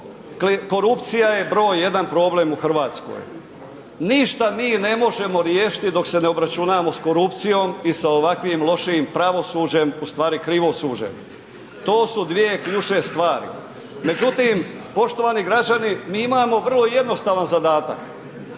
korupcija je broj jedan u Hrvatskoj. Ništa mi ne možemo riješiti dok se ne obračunamo s korupcijom i s ovakvim lošim pravosuđem, ustvari krivo osuđen. To su dvije ključne stvari. Međutim, poštovani građani mi imamo vrlo jednostavan zadatak.